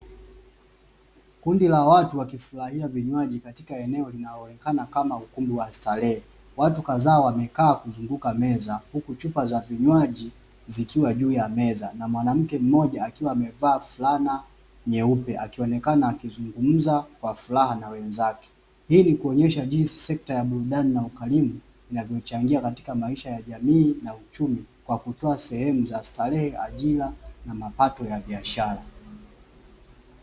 Kundi la watu wakifurahia vinywaji katika eneo linalooonekana kama ukumbi wa starehe watu kadhaa wamekaaa wakizunguka meza huku chupa za vinywaji vikiwa juu ya meza na mwanamke mmoja alievaa fulana nyeupe akionekana anazungumza kwa furaha na wenzake. hii nikuonesha jinsi sekta ya burudani na ukarimu zinavyochangia katika maisha ya jamii na uchumi kwa kutoa sehemu za starehe, ajira na mapato ya biashara.